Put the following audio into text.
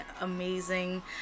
amazing